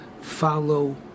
follow